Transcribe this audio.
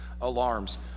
alarms